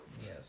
Yes